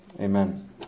Amen